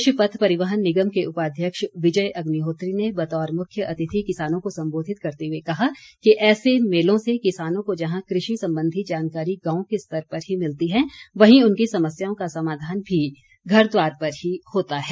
प्रदेश पथ परिवहन निगम के उपाध्यक्ष विजय अग्निहोत्री ने बतौर मुख्य अतिथि किसानों को संबोधित करते हुए कहा कि ऐसे मेलों से किसानों को जहां कृषि संबंधी जानकारी गांव के स्तर पर ही मिलती है वहीं उनकी समस्याओं का समाधान भी घर द्वार पर ही होता है